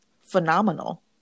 phenomenal